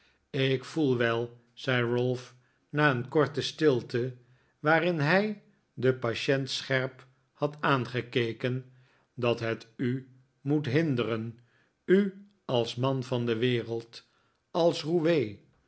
ik voel wel zei ralph na een korte stilte waarin hij den patient scherp had aangekeken dat het u moet hinderen u als man van de wereld als roue